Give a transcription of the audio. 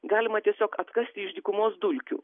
galima tiesiog atkasti iš dykumos dulkių